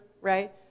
right